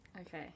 Okay